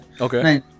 Okay